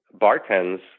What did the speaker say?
bartends